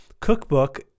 cookbook